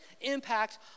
impact